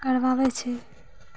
करवाबै छी